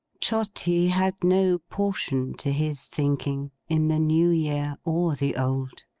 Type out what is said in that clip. trotty had no portion, to his thinking, in the new year or the old.